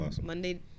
Monday